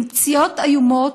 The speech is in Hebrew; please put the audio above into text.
עם פציעות איומות,